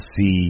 see